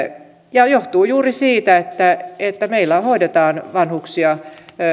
ja johtuu juuri siitä että meillä hoidetaan vanhuksia